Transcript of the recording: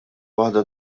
waħda